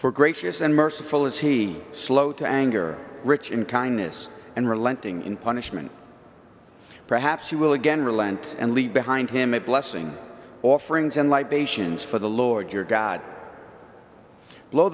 for gracious and merciful as he slow to anger rich in kindness and relenting in punishment perhaps you will again relent and leave behind him a blessing offerings and light patients for the lord your god blow